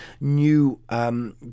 new